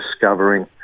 discovering